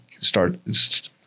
start